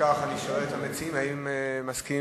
אני שואל את המציעים אם הם מסכימים